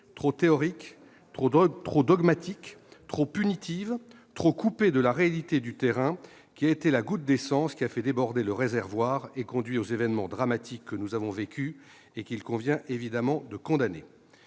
trop théorique, trop dogmatique, trop punitive, trop coupée de la réalité du terrain qui a été la goutte d'essence qui a fait déborder le réservoir et conduit aux événements dramatiques que nous avons vécus et qu'il convient évidemment de condamner.